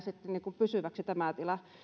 kuin pysyväksi